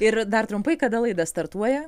ir dar trumpai kada laida startuoja